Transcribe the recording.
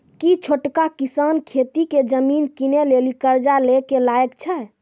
कि छोटका किसान खेती के जमीन किनै लेली कर्जा लै के लायक छै?